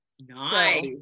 Nice